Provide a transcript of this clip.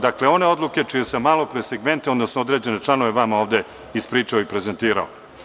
Dakle, one odluke čije sam malopre segmente odnosno određene članove vama ovde ispričao i prezentirao.